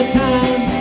time